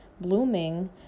blooming